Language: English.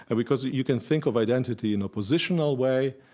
and because you can think of identity in a positional way,